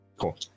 Cool